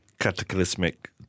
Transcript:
cataclysmic